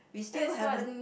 that is one